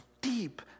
deep